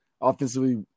offensively